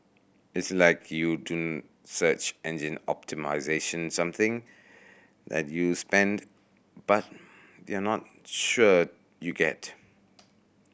it's like you do search engine optimisation something that you spend but you're not sure you get